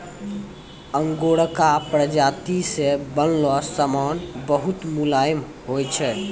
आंगोराक प्राजाती से बनलो समान बहुत मुलायम होय छै